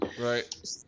Right